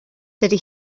dydy